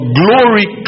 glory